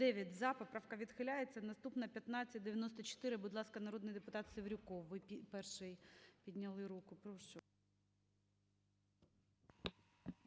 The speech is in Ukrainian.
За-9 Поправка відхиляється. Наступна – 1594. Будь ласка, народний депутатСеврюков, ви перший підняли руку, прошу.